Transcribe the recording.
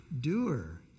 doer